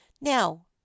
now